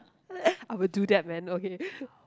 I will do that man okay